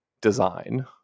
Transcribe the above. design